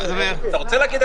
דבר.